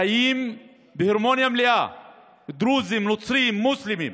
חיים בהרמוניה מלאה דרוזים, נוצרים ומוסלמים.